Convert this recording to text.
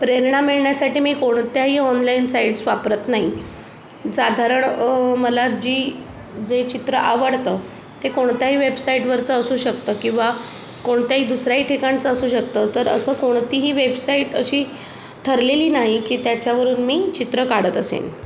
प्रेरणा मिळण्यासाठी मी कोणत्याही ऑनलाईन साईट्स वापरत नाही साधारण मला जी जे चित्र आवडतं ते कोणत्याही वेबसाईटवरचं असू शकतं किंवा कोणत्याही दुसऱ्याही ठिकाणचं असू शकतं तर असं कोणतीही वेबसाईट अशी ठरलेली नाही की त्याच्यावरून मी चित्र काढत असेन